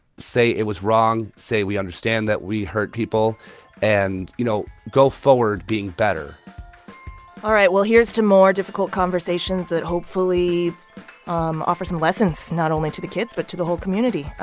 say it was wrong. say, we understand that we hurt people and, you know, go forward being better all right. well, here's to more difficult conversations that hopefully um offer some lessons not only to the kids but to the whole community.